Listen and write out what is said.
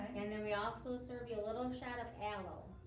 and then we also serve you a little shot of aloe,